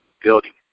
building